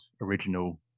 original